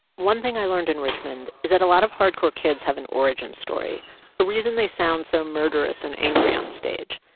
one thing i learned in richmond is that a lot of hardcore kids have an origin story a reason they sound so murderous and angry onstage.